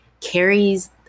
carries